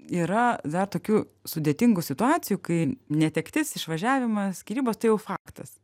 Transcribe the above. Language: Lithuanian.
yra dar tokių sudėtingų situacijų kai netektis išvažiavimas skyrybos tai jau faktas